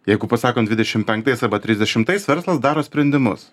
jeigu pasakom dvidešim penktais arba trisdešimtais verslas daro sprendimus